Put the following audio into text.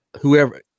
whoever